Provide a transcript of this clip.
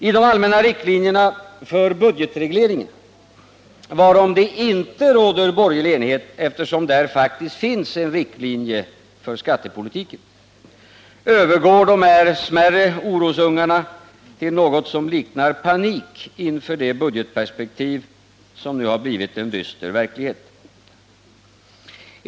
I de allmänna riktlinjerna för budgetregleringen — varom det inte råder borgerlig enighet eftersom där faktiskt finns en riktlinje för skattepolitiken — övergår dessa smärre orosungar till något som liknar panik inför det budgetperspektiv som nu blivit en dyster verklighet.